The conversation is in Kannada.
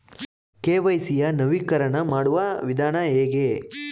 ಕೆ.ವೈ.ಸಿ ಯ ನವೀಕರಣ ಮಾಡುವ ವಿಧಾನ ಹೇಗೆ?